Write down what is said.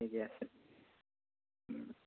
ঠিকে আছে